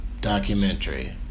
Documentary